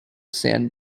sand